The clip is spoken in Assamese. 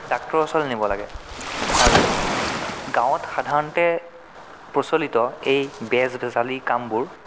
ডাক্তৰৰ ওচৰলৈ নিব লাগে আৰু গাঁৱত সাধাৰণতে প্ৰচলিত এই বেজ বেজালি কামবোৰ